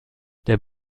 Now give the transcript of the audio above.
der